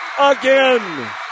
again